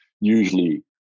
usually